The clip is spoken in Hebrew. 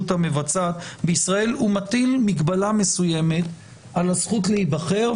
המבצעת בישראל ומטיל מגבלה מסוימת על הזכות להיבחר,